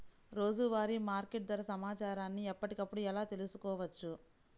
రోజువారీ మార్కెట్ ధర సమాచారాన్ని ఎప్పటికప్పుడు ఎలా తెలుసుకోవచ్చు?